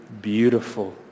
beautiful